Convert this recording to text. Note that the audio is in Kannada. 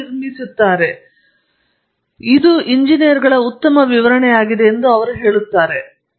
ಅವರು ಎಂಜಿನಿಯರ್ಗಳು ಏನು ಮಾಡುತ್ತಾರೆ ಎಂಬುದರ ಒಂದು ಉತ್ತಮ ವಿವರಣೆಯಾಗಿದೆ ಎಂದು ಅವರು ಹೇಳುತ್ತಾರೆ